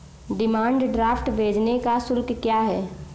Demand draft भेजने का शुल्क क्या है?